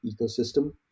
ecosystem